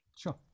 Sure